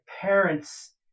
parents